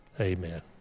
Amen